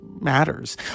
matters